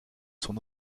son